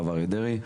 הרב אריה דרעי.